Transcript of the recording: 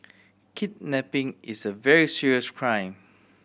kidnapping is a very serious crime